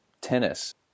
tennis